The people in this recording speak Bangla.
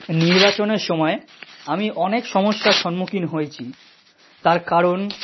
নির্বাচনের সময় আমি অনেক সমস্যার সন্মুখীন হয়েছি তার কারণ